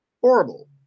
horrible